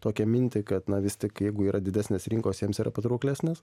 tokią mintį kad na vis tik jeigu yra didesnės rinkos jiems yra patrauklesnės